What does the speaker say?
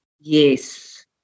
Yes